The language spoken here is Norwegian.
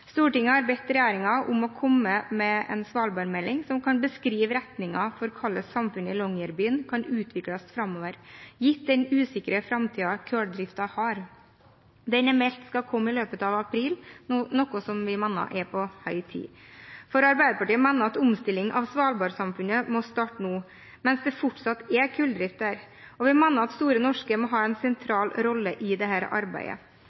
gitt den usikre framtiden kulldriften har. Den er det meldt skal komme i løpet av april, noe som vi mener er på høy tid. Arbeiderpartiet mener at omstilling av svalbardsamfunnet må starte nå, mens det fortsatt er kulldrift der, og vi mener at Store Norske må ha en sentral rolle i dette arbeidet.